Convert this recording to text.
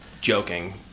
joking